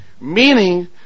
Meaning